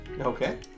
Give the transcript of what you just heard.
Okay